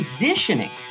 positioning